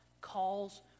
calls